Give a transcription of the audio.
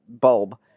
bulb